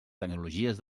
tecnologies